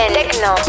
techno